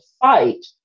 fight